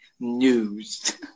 News